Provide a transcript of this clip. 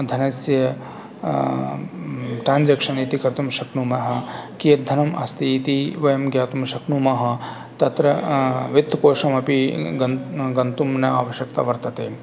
धनस्य ट्राञ्जेक्शन् इति कर्तुं शक्नुमः कियद्धनम् अस्ति इति वयं ज्ञातुं शक्नुमः तत्र वित्तकोशम् अपि गन् गन्तुं न आवश्यकता वर्तते